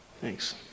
Thanks